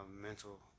mental